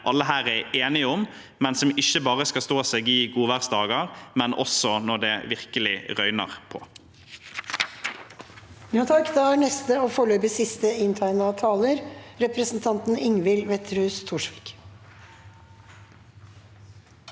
alle her er enige om, og som ikke bare skal stå seg i godværsdager, men også når det virkelig røyner på.